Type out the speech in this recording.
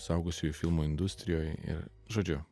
suaugusiųjų filmų industrijoj ir žodžiu